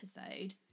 episode